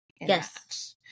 Yes